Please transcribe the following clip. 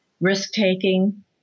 risk-taking